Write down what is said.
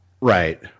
Right